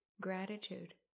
gratitude